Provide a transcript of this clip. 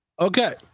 Okay